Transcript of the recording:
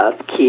keep